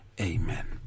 Amen